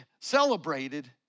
celebrated